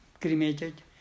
cremated